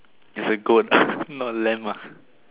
it's a goat ah not lamb ah